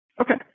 Okay